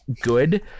good